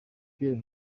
pierre